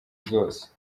zose